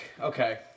Okay